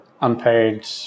unpaid